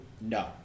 No